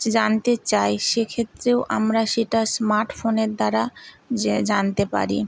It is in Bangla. জানতে চাই সেক্ষেত্রেও আমরা সেটা স্মার্ট ফোনের দ্বারা জানতে পারি